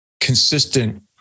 consistent